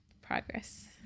progress